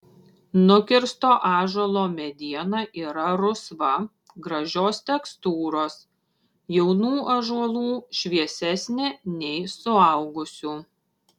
nukirsto ąžuolo mediena yra rusva gražios tekstūros jaunų ąžuolų šviesesnė nei suaugusių